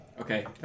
Okay